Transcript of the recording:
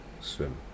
Swim